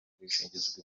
ubwishingizi